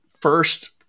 first